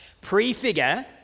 Prefigure